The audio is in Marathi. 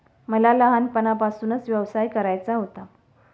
मला लहानपणापासूनच व्यवसाय करायचा होता